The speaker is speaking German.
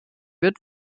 wird